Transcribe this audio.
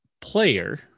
player